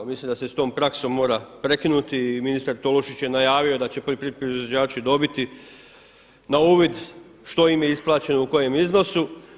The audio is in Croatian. Mislim da se s tom praksom mora prekinuti i ministar Tolušić je najavio da će poljoprivredni proizvođači dobiti na uvid što im je isplaćeno u kojem iznosu.